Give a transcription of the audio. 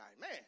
Man